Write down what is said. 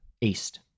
East